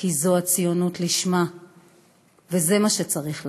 כי זו הציונות לשמה וזה מה שצריך לעשות.